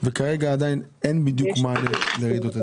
וכרגע עדיין אין בדיוק מענה לרעידות אדמה.